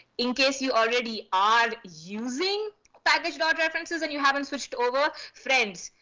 in case you already are using package dot references and you haven't switched over, friends,